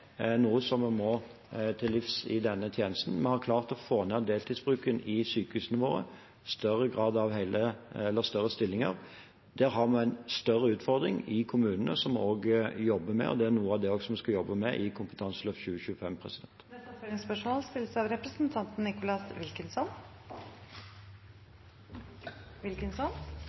denne tjenesten. Vi har klart å få ned deltidsbruken i sykehusene våre, med større grad av hele eller større stillinger. Der har vi en større utfordring i kommunene, som vi også jobber med, og det er noe av det vi også skal jobbe med i Kompetanseløft 2025. Nicholas Wilkinson – til oppfølgingsspørsmål. Jeg er uenig med statsråden i at det er noen kriser i noen deler av